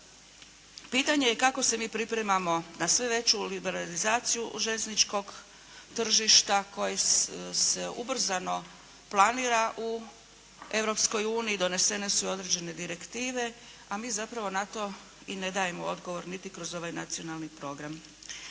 Pitanje i kako se mi pripremamo na sve veću liberalizaciju željezničkog tržišta koji se ubrzano planira u Europskoj uniji, donesene su i određene direktive, a mi zapravo na to i ne dajemo odgovor niti kroz ovaj nacionalni program.